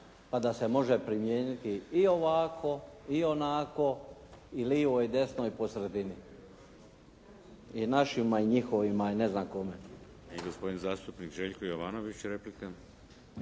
pa da se može primijeniti i ovako, i onako, i livi i desno i po sredini, i našima, i njihovima ili ne znam kome. **Šeks, Vladimir (HDZ)** I gospodin zastupnik Željko Jovanović, replika.